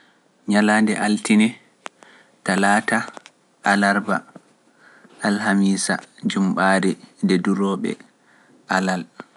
Ɲalaande Altine Ɗalaata Alarba Alhamisa Ƴumɓaade ɗe durooɓe Alal.